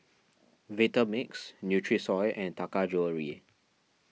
Vitamix Nutrisoy and Taka Jewelry